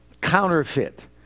counterfeit